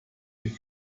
die